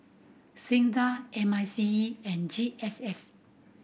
SINDA M I C E and G S S